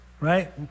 Right